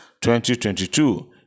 2022